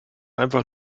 einfach